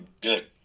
good